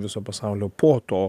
viso pasaulio po to